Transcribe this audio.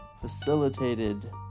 facilitated